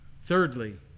Thirdly